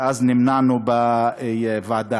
ואז נמנענו בוועדה.